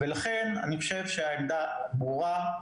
לכן העמדה ברורה,